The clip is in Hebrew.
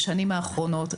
בשנים האחרונות,